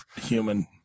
Human